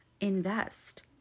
Invest